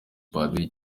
padiri